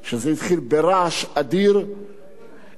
כאשר כל הגופים הנוגעים בדבר,